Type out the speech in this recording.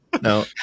no